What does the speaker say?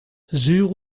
sur